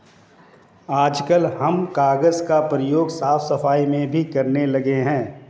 आजकल हम कागज का प्रयोग साफ सफाई में भी करने लगे हैं